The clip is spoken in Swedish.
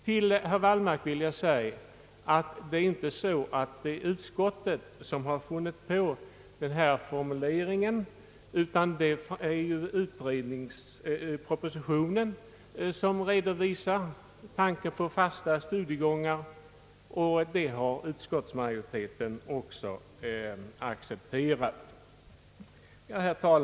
Till herr Wallmark vill jag säga att det inte är utskottet som har funnit på formuleringen om fasta studiegångar, utan det är propositionen som redovisar tanken på sådana, och den har utskottsmajoriteten också accepterat.